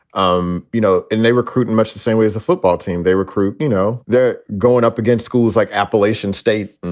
um you know, and they recruit in much the same way as the football team. they recruit, you know, they're going up against schools like appalachian state,